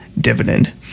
dividend